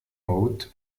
mode